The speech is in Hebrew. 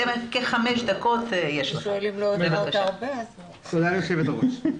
תודה ליושבת הראש.